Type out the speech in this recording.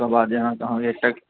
ओकरबाद जे अहाँकेँ एकटा